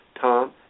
Tom